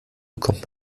bekommt